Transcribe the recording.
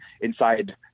inside